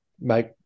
make